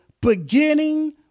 beginning